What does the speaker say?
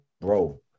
bro